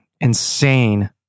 insane